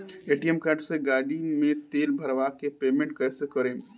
ATM card से गाड़ी मे तेल भरवा के पेमेंट कैसे करेम?